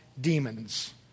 demons